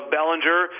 Bellinger